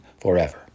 forever